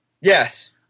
yes